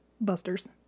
Busters